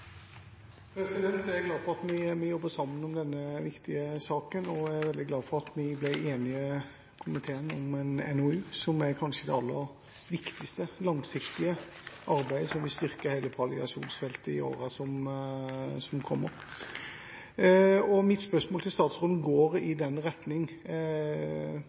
glad for at vi jobber sammen om denne viktige saken, og jeg er veldig glad for at vi ble enige i komiteen om en NOU, som er kanskje det aller viktigste langsiktige arbeidet som vil styrke hele palliasjonsfeltet i årene som kommer. Mitt spørsmål til statsråden går i den retning.